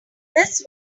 this